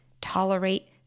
tolerate